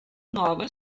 nuova